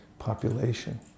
population